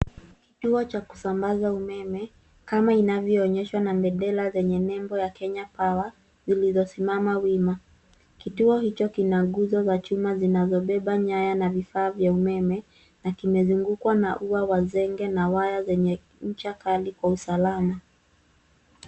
Kituo cha kusambaza umeme kama inavyoonyeshwa na bendera yenye nembo ya Kenya Power zilizosimama wima. Kituo hicho kina nguzo za chuma zinazobeba nyaya na vifaa vya umeme na kimezungukwa na ua wa zege na waya zenye ncha kali kwa usalama.